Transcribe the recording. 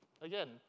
again